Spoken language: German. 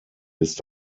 ist